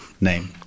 name